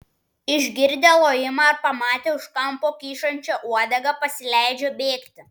išgirdę lojimą ar pamatę už kampo kyšančią uodegą pasileidžia bėgti